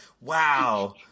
Wow